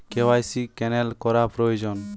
KYC cancel করা প্রয়োজন?